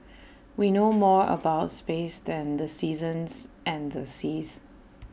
we know more about space than the seasons and the seas